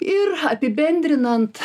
ir apibendrinant